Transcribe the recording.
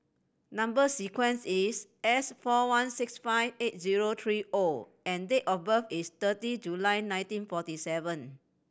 number sequence is S four one six five eight zero three O and date of birth is thirty July nineteen forty seven